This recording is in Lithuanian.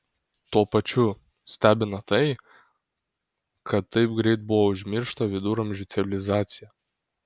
tuo pačiu stebina tai kad taip greit buvo užmiršta viduramžių civilizacija